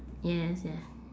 yes yeah